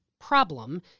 problem